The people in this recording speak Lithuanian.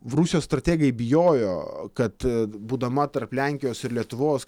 rusijos strategai bijojo kad būdama tarp lenkijos ir lietuvos